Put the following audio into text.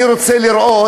אני רוצה לראות,